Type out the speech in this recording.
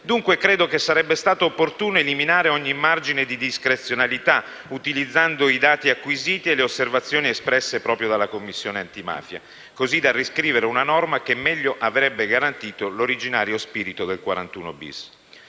Dunque, sarebbe stato opportuno eliminare ogni margine di discrezionalità, utilizzando i dati acquisiti e le osservazioni espresse proprio dalla Commissione antimafia, così da riscrivere una norma che meglio avrebbe garantito l'originario spirito dell'articolo